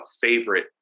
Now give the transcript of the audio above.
favorite